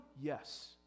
Yes